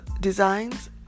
designs